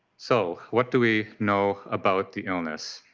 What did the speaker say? so what do we know about the illness?